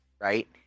right